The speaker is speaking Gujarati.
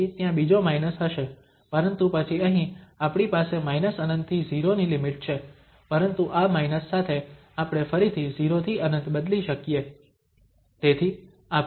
તેથી ત્યાં બીજો માઇનસ હશે પરંતુ પછી અહીં આપણી પાસે ∞ થી 0 ની લિમિટ છે પરંતુ આ માઇનસ સાથે આપણે ફરીથી 0 થી ∞ બદલી શકીએ